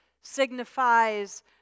signifies